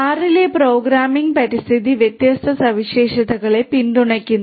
R ലെ programming പരിസ്ഥിതി വ്യത്യസ്ത സവിശേഷതകളെ പിന്തുണയ്ക്കുന്നു